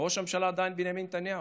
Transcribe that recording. וראש הממשלה עדיין בנימין נתניהו.